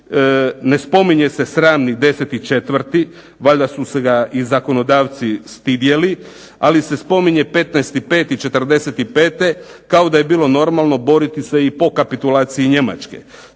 ne spominje se sramni 10. 4. valjda su se ga zakonodavci stidjeli, ali se spominje 15. 5. 45. kao da je bilo normalno boriti se po kapitulaciji Njemačke.